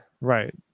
Right